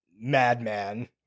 madman